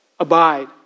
Abide